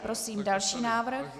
Prosím další návrh.